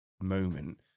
moment